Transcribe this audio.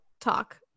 talk